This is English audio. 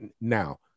now